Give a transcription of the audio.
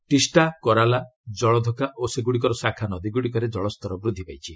ଟିଷ୍ଟା କରାଲା ଜଳଧକା ଓ ସେଗୁଡ଼ିକର ଶାଖା ନଦୀଗୁଡ଼ିକରେ ଜଳସ୍ତର ବୃଦ୍ଧି ପାଇଛି